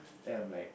then I'm like